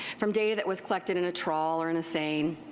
from data that was collected in a trawl or and a seine.